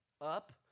up